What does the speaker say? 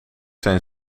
zijn